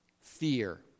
Fear